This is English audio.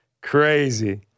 crazy